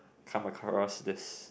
come across this